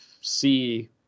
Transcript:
see